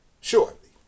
shortly